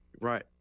Right